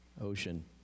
ocean